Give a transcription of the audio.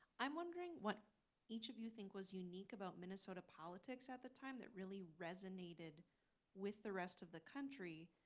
i'm wondering what each of you think was unique about minnesota politics at the time that really resonated with the rest of the country,